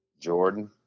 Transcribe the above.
Jordan